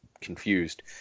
confused